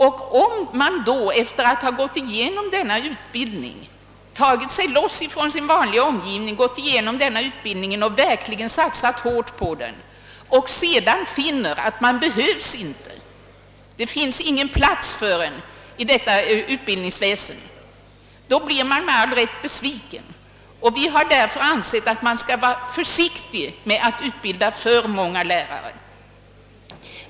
Den som har slitit sig loss från sin vanliga omgivning, gått igenom denna utbild ning och verkligen satsat hårt på den, och sedan finner att han inte behövs, att det inte finns någon plats för honom i detta utbildningsväsende, blir med all rätt besviken. Vi har därför ansett att man skall vara försiktig med att utbilda för många lärare.